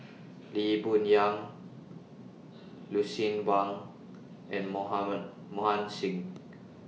Lee Boon Yang Lucien Wang and Mohan Singh